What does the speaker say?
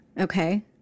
Okay